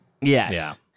Yes